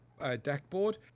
Deckboard